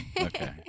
Okay